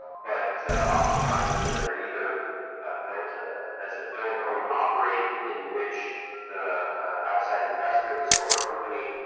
but oftentimes they are either built ah as a build-to-own operate in which the outside investor, the solar company